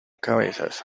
cabezas